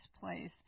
place